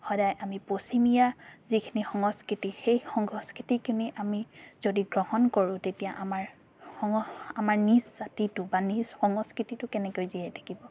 সদায় আমি পশ্চিমীয়া যিখিনি সংস্কৃতি সেই সংস্কৃতিখিনি আমি যদি গ্ৰহণ কৰোঁ তেতিয়া আমাৰ সঙ আমাৰ নিজ জাতিটো বা নিজ সংস্কৃতিটো কেনেকৈ জীয়াই থাকিব